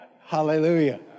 hallelujah